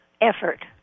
effort